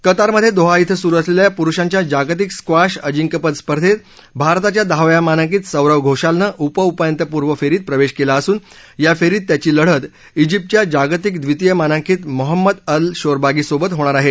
कतारमध्ये Doha के सुरु असलेल्या पुरुषांच्या जागतिक स्क्वॉश अजिंक्यपद स्पर्धेत भारताच्या दहाव्या मानांकित सौरव घोषालनं उपउपांत्यपूर्व फेरीत प्रवेश केला असून या फेरीत त्याची लढत ाजिप्तच्या जागतिक द्वितीय मानांकित मोहम्मद अल शोखागीसोबत होणार आहे